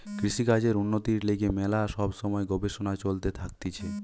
কৃষিকাজের উন্নতির লিগে ম্যালা সব সময় গবেষণা চলতে থাকতিছে